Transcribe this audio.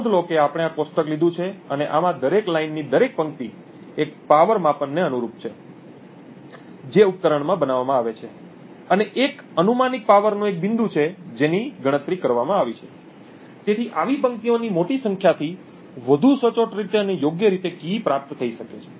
નોંધ લો કે આપણે આ કોષ્ટક લીધું છે અને આમાં દરેક લાઈન ની દરેક પંક્તિ એક પાવર માપનને અનુરૂપ છે જે ઉપકરણમાં બનાવવામાં આવે છે અને એક અનુમાનિક પાવરનું એક બિંદુ છે જેની ગણતરી કરવામાં આવી છે તેથી આવી પંક્તિઓની મોટી સંખ્યાથી વધુ સચોટ રીતે અને યોગ્ય રીતે કી પ્રાપ્ત થઈ શકે છે